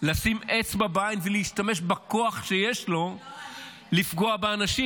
לשים אצבע בעין ולהשתמש בכוח שיש לו לפגוע באנשים.